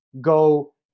go